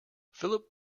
philip